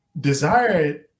desire